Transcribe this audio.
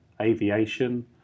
aviation